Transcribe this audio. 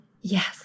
Yes